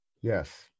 Yes